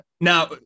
Now